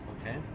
Okay